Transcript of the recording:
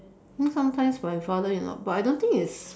you know sometimes my father in law but I don't think it's